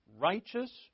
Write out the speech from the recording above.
righteous